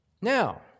Now